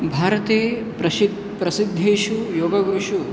भारते प्रशिक् प्रसिद्धेषु योगगुरुषु